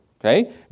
okay